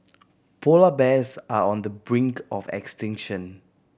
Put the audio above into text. polar bears are on the brink of extinction